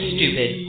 Stupid